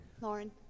Lauren